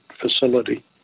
facility